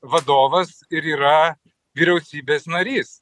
vadovas ir yra vyriausybės narys